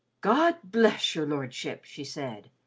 god bless your lordship! she said.